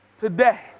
today